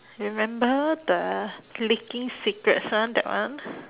remember the leaking secrets one that one